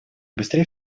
быстрее